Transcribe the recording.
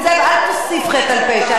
חבר הכנסת נסים זאב, אל תוסיף חטא על פשע.